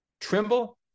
Trimble